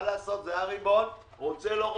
מה לעשות זה הריבון, רוצה, לא רוצה.